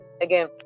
again